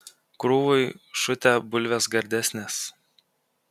krūvoj šutę bulvės gardesnės